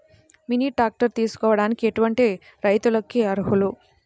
Mini tractor తీసుకోవడానికి ఎటువంటి రైతులకి అర్హులు?